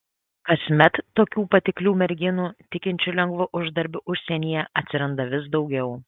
kasmet tokių patiklių merginų tikinčių lengvu uždarbiu užsienyje atsiranda vis daugiau